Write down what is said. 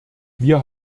wir